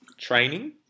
training